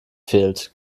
fehlt